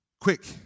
Quick